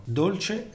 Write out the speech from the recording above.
dolce